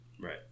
Right